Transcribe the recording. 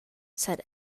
said